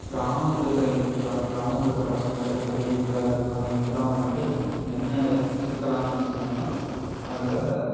கிராமத்தில் இருக்குறவைங்களுக்கு கிராமத்தில் இருக்கிற பசங்க இல்லை பெரியவைங்களாக இருக் அவங்களுக்குலாம் வந்துட்டு என்ன சிக்கலான விஷயம்னா அவங்களால